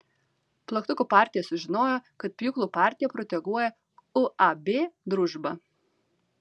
plaktukų partija sužinojo kad pjūklų partija proteguoja uab družba